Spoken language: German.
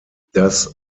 das